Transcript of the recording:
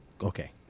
Okay